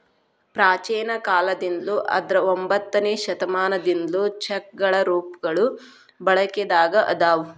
ಪ್ರಾಚೇನ ಕಾಲದಿಂದ್ಲು ಅಂದ್ರ ಒಂಬತ್ತನೆ ಶತಮಾನದಿಂದ್ಲು ಚೆಕ್ಗಳ ರೂಪಗಳು ಬಳಕೆದಾಗ ಅದಾವ